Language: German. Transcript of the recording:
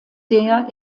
der